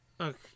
okay